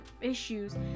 issues